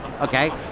okay